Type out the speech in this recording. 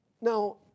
now